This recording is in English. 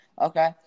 Okay